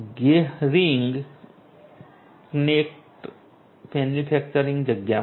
Gehring connected મેન્યુફેક્ચરિંગની જગ્યામાં છે